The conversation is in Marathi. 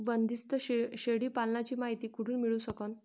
बंदीस्त शेळी पालनाची मायती कुठून मिळू सकन?